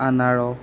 আনাৰস